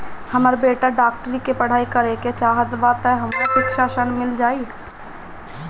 हमर बेटा डाक्टरी के पढ़ाई करेके चाहत बा त हमरा शिक्षा ऋण मिल जाई?